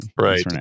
right